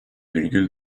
virgül